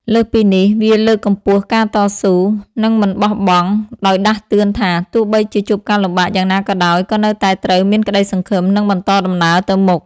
លើសពីនេះ វាលើកកម្ពស់ការតស៊ូ និងមិនបោះបង់ ដោយដាស់តឿនថា ទោះបីជាជួបការលំបាកយ៉ាងណាក៏ដោយ ក៏នៅតែត្រូវមានក្តីសង្ឃឹម និងបន្តដំណើរទៅមុខ។